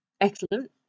Excellent